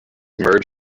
merge